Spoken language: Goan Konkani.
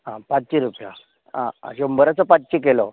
हां पांचशीं रुपया आं शंबराचो पांचशीं केलो